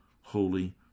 holy